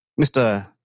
Mr